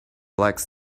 likes